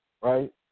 right